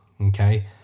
okay